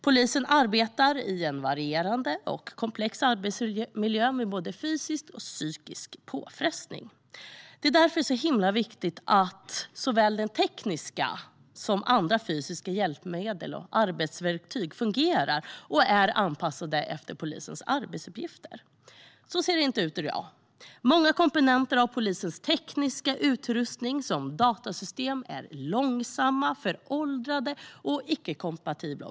Polisen arbetar i en varierande och komplex arbetsmiljö med både fysisk och psykisk påfrestning. Det är därför så viktigt att såväl tekniska som andra fysiska hjälpmedel och arbetsverktyg fungerar och är anpassade efter polisens arbetsuppgifter. Så ser det inte ut i dag. Många komponenter av polisens tekniska utrustning som datasystem är långsamma, föråldrade och icke-kompatibla.